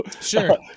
sure